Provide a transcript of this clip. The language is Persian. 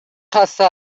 خسته